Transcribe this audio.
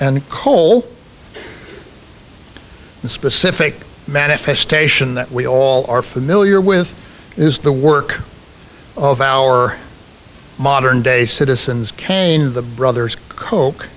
and coal in specific manifestation that we all are familiar with is the work of our modern day citizens cane the brothers